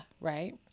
right